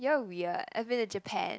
you're weird I've been to Japan